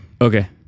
Okay